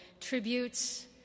tributes